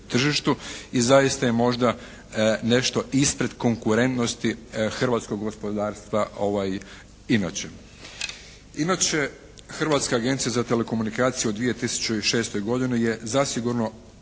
i zaista je možda nešto ispred konkurentnosti hrvatskog gospodarstva inače. Inače, Hrvatska agencije za telekomunikacije u 2006. godini je zasigurno